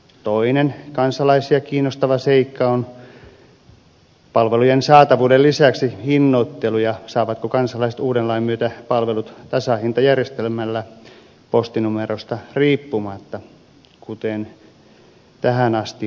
toinen kansalaisia kiinnostava seikka on palvelujen saatavuuden lisäksi hinnoittelu ja se saavatko kansalaiset uuden lain myötä palvelut tasahintajärjestelmällä postinumerosta riippumatta kuten tähän asti on saatu